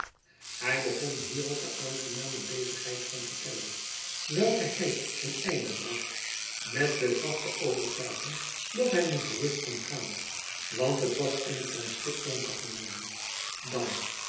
hij begon hierop de aangename bezigheid van te tellen welke hij ten einde bracht met de vaste overtuiging dat hij nu gerust kon gaan want het was omtrent stikdonker geworden dan